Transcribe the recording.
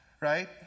right